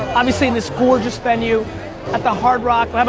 obviously in this gorgeous venue at the hard rock.